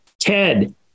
Ted